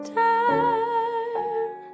time